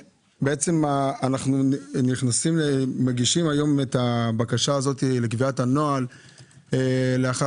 אנחנו מגישים היום את הבקשה הזאת לנקיטת הנוהל לאחר